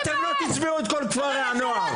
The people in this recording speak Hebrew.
אתם לא תצביעו את כל כפרי הנוער,